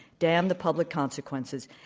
damn the public consequences.